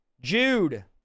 jude